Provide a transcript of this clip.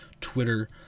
Twitter